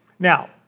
Now